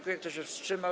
Kto się wstrzymał?